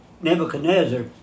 Nebuchadnezzar